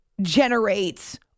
generates